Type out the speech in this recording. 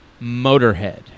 motorhead